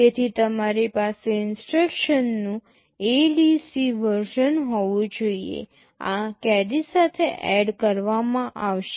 તેથી તમારી પાસે ઇન્સટ્રક્શનનું ADC વર્ઝન હોવું જોઈએ આ કેરી સાથે એડ કરવામાં આવશે